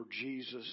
Jesus